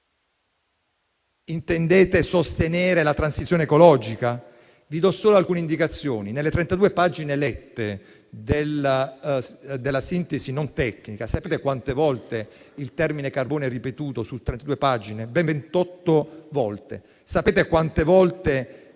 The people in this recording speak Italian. Intendete sostenere la transizione ecologica? Vi do solo alcune indicazioni: nelle 32 pagine lette della sintesi non tecnica sapete quante volte il termine «carbone» è ripetuto? Ben 28 volte. Sapete quante volte